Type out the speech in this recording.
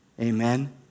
Amen